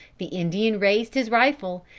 the indian raised his rifle,